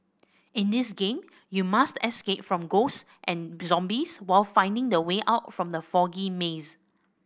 in this game you must escape from ghosts and zombies while finding the way out from the foggy maze